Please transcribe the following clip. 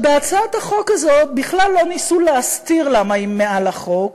בהצעת החוק הזאת בכלל לא ניסו להסתיר למה היא מעל לחוק.